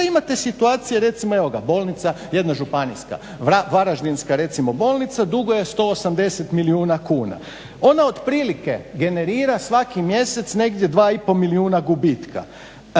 imate situacije recimo bolnica jedna županijska, varaždinska recimo bolnica duguje 180 milijuna kuna. Ona otprilike generira svaki mjesec negdje 2 i pol milijuna gubitka.